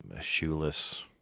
shoeless